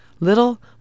Little